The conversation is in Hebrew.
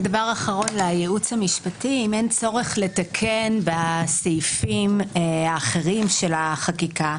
האם אין צורך לתקן את הסעיפים האחרים של החקיקה?